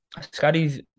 Scotty's